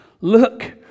Look